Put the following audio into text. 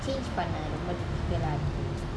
change பண்ண:panna